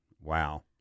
Wow